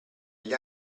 gli